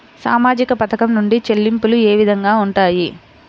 సామాజిక పథకం నుండి చెల్లింపులు ఏ విధంగా ఉంటాయి?